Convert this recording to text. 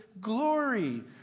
glory